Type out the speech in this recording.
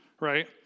right